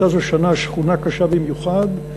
הייתה זו שנה שחונה קשה במיוחד.